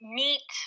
meet